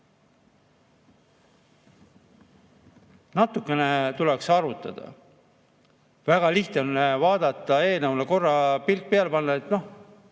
Natukene tuleks arvutada. Väga lihtne on vaadata, eelnõule korra pilk peale panna, et 2024